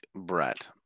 Brett